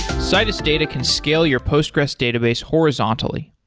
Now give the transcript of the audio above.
citus data can scale your postgressql database horizontally.